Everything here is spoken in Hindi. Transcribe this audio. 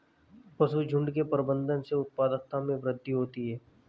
पशुझुण्ड के प्रबंधन से उत्पादकता में वृद्धि होती है